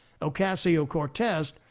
Ocasio-Cortez